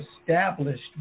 established